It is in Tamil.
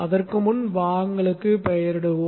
அதற்கு முன் பாகங்களுக்கு பெயரிடுவோம்